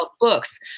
books